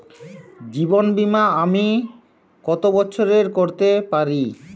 জীবন বীমা আমি কতো বছরের করতে পারি?